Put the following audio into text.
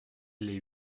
les